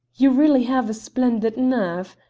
you really have a splendid nerve.